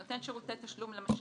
אומר: "נותן שרותי תשלום למשלם,